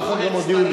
ככה גם הודיעו לי.